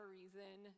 reason